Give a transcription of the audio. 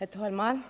Herr talman!